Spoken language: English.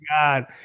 God